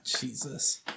Jesus